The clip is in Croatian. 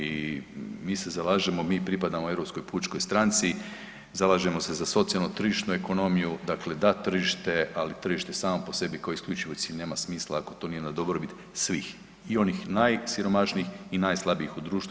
I mi se zalažemo, mi pripadamo Europskoj pučkoj stranci, zalažemo se za socijalno tržišnu ekonomiju, dakle da tržište ali tržište samo po sebi koje je …/nerazumljivo/… nema smisla ako to nije na dobrobit svih i onih najsiromašnijih i najslabijih u društvu.